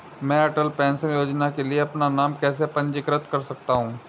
मैं अटल पेंशन योजना के लिए अपना नाम कैसे पंजीकृत कर सकता हूं?